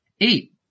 Eight